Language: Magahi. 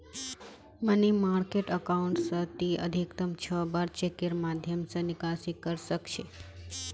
मनी मार्किट अकाउंट स ती अधिकतम छह बार चेकेर माध्यम स निकासी कर सख छ